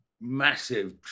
massive